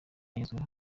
agezweho